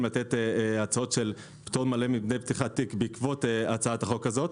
לתת הצעות של פטור מלא מדמי פתיחת תיק בעקבות הצעת החוק הזאת.